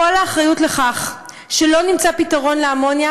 כל האחריות לכך שלא נמצא פתרון לאמוניה